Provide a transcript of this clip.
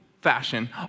fashion